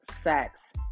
sex